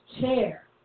chair